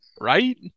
Right